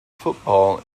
football